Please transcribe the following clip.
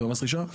אבל,